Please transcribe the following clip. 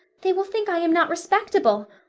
they will think i am not respectable.